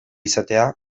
izatea